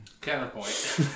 Counterpoint